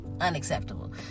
unacceptable